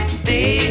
stay